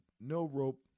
no-rope